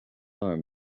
are